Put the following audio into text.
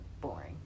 boring